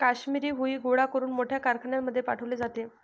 काश्मिरी हुई गोळा करून मोठ्या कारखान्यांमध्ये पाठवले जाते